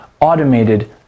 automated